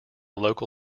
local